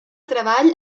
treball